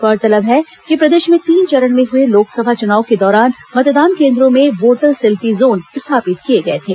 गौरतलब है कि प्रदेश में तीन चरण में हुए लोकसभा चुनाव के दौरान सभी मतदान केन्द्रों में वोटर सेल्फी जोन स्थापित किए गए थे